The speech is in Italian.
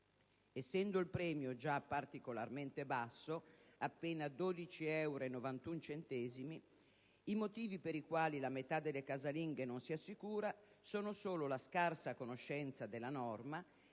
Essendo il premio già particolarmente basso (appena 12 euro e 91 centesimi), i motivi per i quali la metà delle casalinghe non si assicura sono solo la scarsa conoscenza della norma